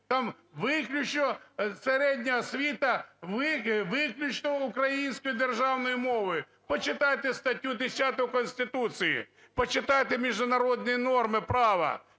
там виключно середня освіта виключно українською державною мовою. Почитайте статтю 10 Конституції, почитайте міжнародні норми права.